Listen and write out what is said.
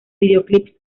videoclips